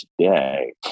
today